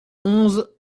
onze